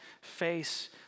face